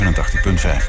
87.5